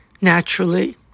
naturally